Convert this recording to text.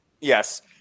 Yes